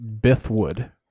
Bithwood